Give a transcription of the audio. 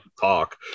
talk